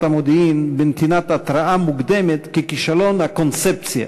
המודיעין בנתינת התראה מוקדמת ככישלון הקונספציה.